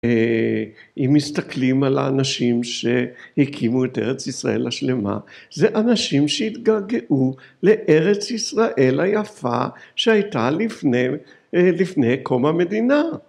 ‫אם מסתכלים על האנשים שהקימו ‫את ארץ ישראל השלמה, ‫זה אנשים שהתגעגעו לארץ ישראל היפה ‫שהייתה לפני קום המדינה.